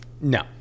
no